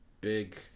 big